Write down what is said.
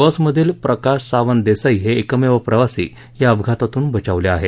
बसमधील प्रकाश् सावंत देसाई हे एकमेव प्रवासी या अपघातातून बचावले आहेत